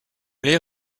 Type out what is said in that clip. les